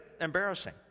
embarrassing